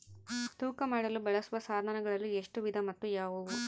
ತೂಕ ಮಾಡಲು ಬಳಸುವ ಸಾಧನಗಳಲ್ಲಿ ಎಷ್ಟು ವಿಧ ಮತ್ತು ಯಾವುವು?